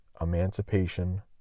Emancipation